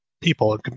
people